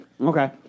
Okay